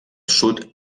sud